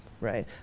right